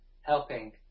helping